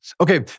Okay